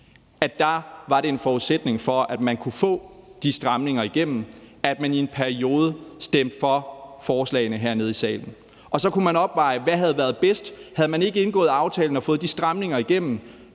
var en forudsætning for, at man kunne få de stramninger igennem, at man i en periode stemte for forslagene hernede i salen. Og så kunne man opveje det: Hvad havde været bedst? Havde man ikke indgået aftalen og fået de stramninger igennem,